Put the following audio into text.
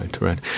right